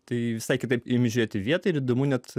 tai visai kitaip ims aižėti vietą ir įdomu net